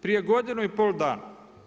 Prije godinu i pol dana.